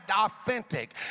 authentic